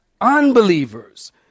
unbelievers